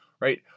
right